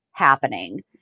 happening